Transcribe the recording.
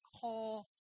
call